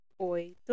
Oito